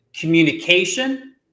communication